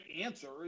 answer